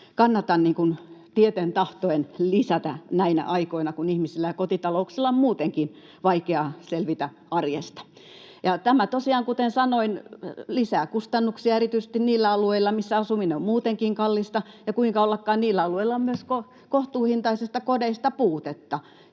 kannata tieten tahtoen lisätä näinä aikoina, kun ihmisillä ja kotitalouksilla on muutenkin vaikeaa selvitä arjesta. Tämä tosiaan, kuten sanoin, lisää kustannuksia erityisesti niillä alueilla, missä asuminen on muutenkin kallista, ja kuinka ollakaan, niillä alueilla on myös kohtuuhintaisista kodeista puutetta.